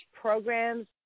programs